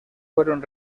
fueron